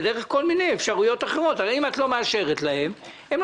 הם יכולים לגבות את זה בכל מיני אופנים אחרים.